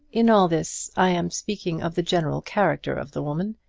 in all this i am speaking of the general character of the woman,